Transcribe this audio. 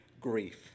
grief